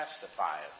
testify